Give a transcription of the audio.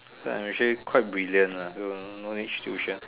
I'm actually quite brilliant lah no need tuition